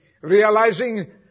Realizing